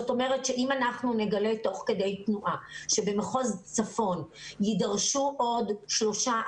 אם אנחנו נגלה תוך כדי תנועה שבמחוז צפון יידרשו עוד שלושה,